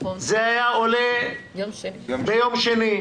זה היה עולה ביום שני.